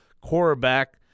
quarterback